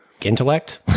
intellect